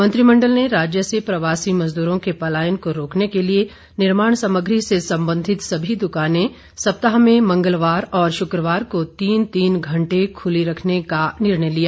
मंत्रिमंडल ने राज्य से प्रवासी मजदूरों के पलायन को रोकने के लिए निर्माण सामग्री से संबंधित सभी दुकाने सप्ताह में मंगलवार और शुक्रवार को तीन तीन घंटे खुली रखने का निर्णय लिया